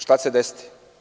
Šta će se desiti?